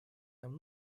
нам